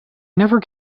never